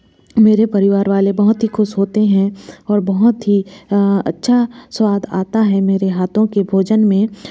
मेरे परिवार वाले बहुत ही खुश होते हैं और बहुत ही अच्छा स्वाद आता है मेरे हाथों के भोजन में